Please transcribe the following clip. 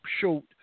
short